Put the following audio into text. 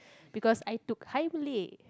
because I took higher Malay